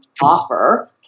offer